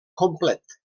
complet